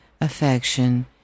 affection